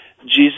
Jesus